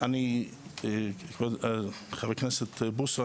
חבר הכנסת בוסו,